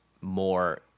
more